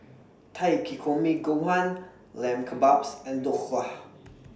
Takikomi Gohan Lamb Kebabs and Dhokla